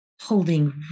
Holding